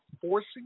forcing